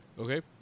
Okay